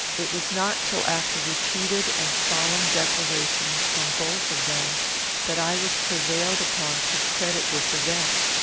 it was not till after repeated and solemn declarations from both of them that i was prevailed upon to credit this event.